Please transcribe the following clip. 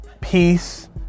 peace